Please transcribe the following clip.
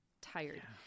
tired